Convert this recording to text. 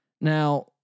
Now